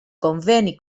conveni